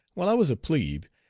while i was a plebe,